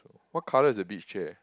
what color is the beach chair